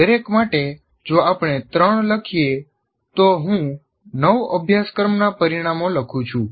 દરેક માટે જો આપણે ત્રણ લખીએ તો હું નવ અભ્યાસક્રમના પરિણામો લખું છું